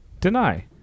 deny